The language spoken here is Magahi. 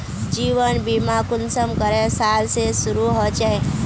जीवन बीमा कुंसम करे साल से शुरू होचए?